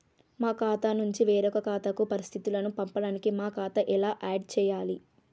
మా ఖాతా నుంచి వేరొక ఖాతాకు పరిస్థితులను పంపడానికి మా ఖాతా ఎలా ఆడ్ చేయాలి?